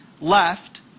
left